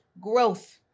growth